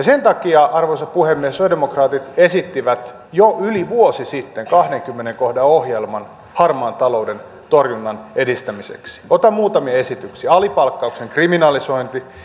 sen takia arvoisa puhemies sosialidemokraatit esittivät jo yli vuosi sitten kahdennenkymmenennen kohdan ohjelman harmaan talouden torjunnan edistämiseksi otan muutamia esityksiä alipalkkauksen kriminalisointi